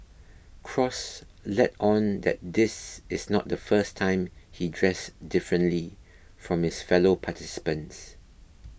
cross let on that this is not the first time he dressed differently from his fellow participants